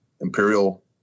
imperial